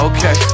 Okay